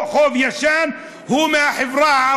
חוב ישן,